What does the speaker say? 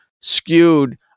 skewed